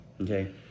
Okay